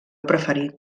preferit